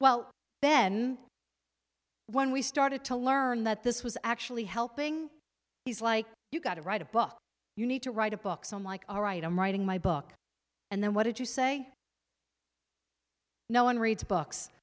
well then when we started to learn that this was actually helping he's like you got to write a book you need to write a book so i'm like all right i'm writing my book and then what did you say no one reads books